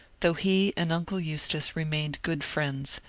though he and uncle eustace remained good friends,